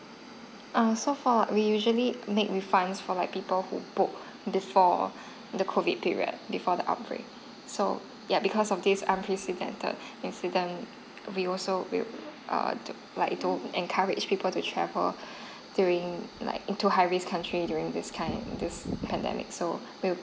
um so for we usually make refund for like people who booked before the COVID period before the outbreak so yup because of this unprecedented incident we also will err don't like don't encourage people to travel during like into high risk country during this time this pandemic so we will